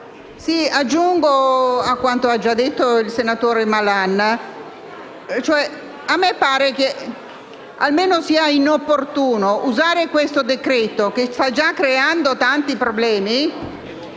aggiungo a quanto ha già detto il senatore Malan che a me pare che sia quantomeno inopportuno usare questo decreto-legge, che sta già creando tanti problemi,